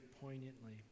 poignantly